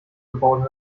gebaut